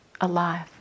alive